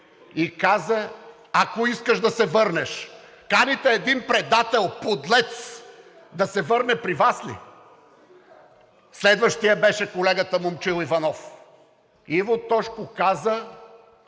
и каза, ако искаш да се върнеш.“ Каните един предател, подлец, да се върне при Вас ли? Следващият беше колегата Момчил Иванов. „Иво, Тошко каза,